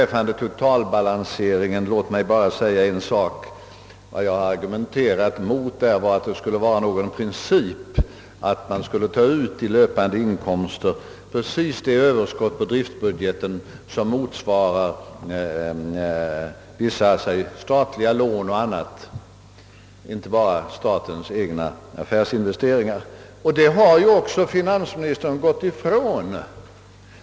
Vad totalbalanseringen angår har jag argumenterat mot uppfattningen att det skulle vara en princip att av löpande inkomster ta ut precis det överskott på driftbudgeten som motsvarar vissa statliga lån, och annat, alltså inte bara statens egna affärsinvesteringar. Den principen har också finansministern gått ifrån.